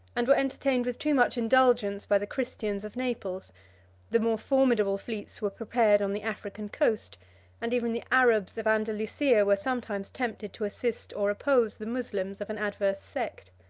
and were entertained with too much indulgence by the christians of naples the more formidable fleets were prepared on the african coast and even the arabs of andalusia were sometimes tempted to assist or oppose the moslems of an adverse sect.